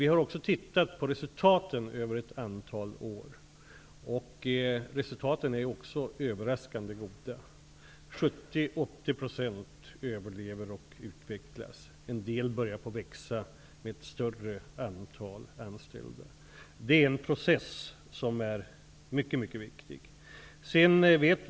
Vi har också studerat resultaten för företag under ett antal år, och resultaten är överraskande goda. 70--80 % av företagen överlever och utvecklas, och en del börja växa med fler anställda. Det är en mycket viktig process.